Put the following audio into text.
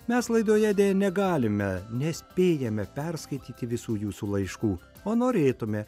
mes laidoje deja negalime nespėjame perskaityti visų jūsų laiškų o norėtume